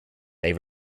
they